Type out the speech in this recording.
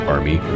Army